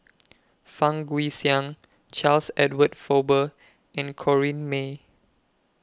Fang Guixiang Charles Edward Faber and Corrinne May